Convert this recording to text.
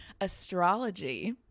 astrology